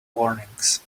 warnings